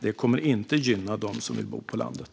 Det kommer inte att gynna dem som vill bo på landet.